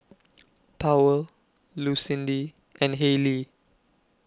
Powell Lucindy and Haylie